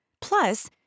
Plus